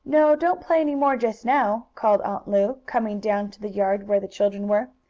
no, don't play any more just now, called aunt lu, coming down to the yard where the children were.